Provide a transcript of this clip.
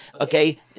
Okay